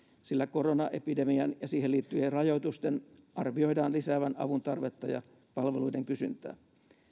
sillä koronaepidemian ja siihen liittyvien rajoitusten arvioidaan lisäävän avun tarvetta ja palveluiden kysyntää